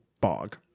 bog